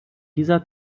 dieser